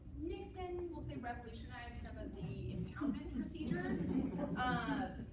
nixon, we'll say, revolutionized some of the impoundment procedures ah